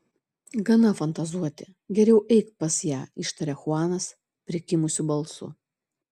gana fantazuoti geriau eik pas ją ištaria chuanas prikimusiu balsu